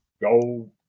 go